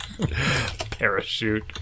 Parachute